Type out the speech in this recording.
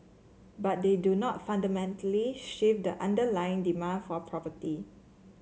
but they do not fundamentally shift the underlying demand for property